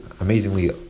amazingly